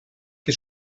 que